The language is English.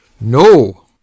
No